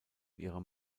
ihrem